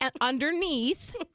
underneath